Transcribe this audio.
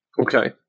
Okay